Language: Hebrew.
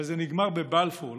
אבל זה נגמר בבלפור,